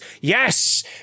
yes